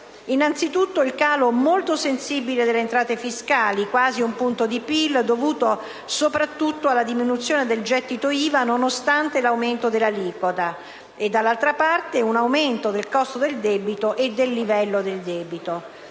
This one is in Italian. Innanzitutto, il calo molto sensibile delle entrate fiscali, quasi un punto di PIL, dovuto soprattutto alla diminuzione del gettito IVA, nonostante l'aumento dell'aliquota e, dall'altra parte, un aumento del costo del debito e del livello del debito.